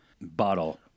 bottle